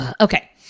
Okay